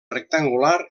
rectangular